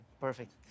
perfect